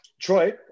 Troy